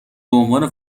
بعنوان